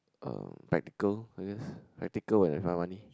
um practical I guess practical and if I have money